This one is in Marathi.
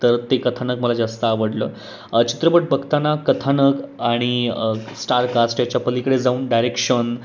तर ते कथानक मला जास्त आवडलं चित्रपट बघताना कथानक आणि स्टारकास्ट याच्यापलीकडे जाऊन डायरेक्शन